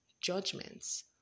judgments